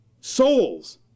Souls